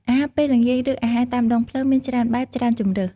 អាហារពេលល្ងាច ឬ អាហារតាមដងផ្លូវមានច្រើនបែប ច្រើនជម្រើស។